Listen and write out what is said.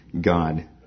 God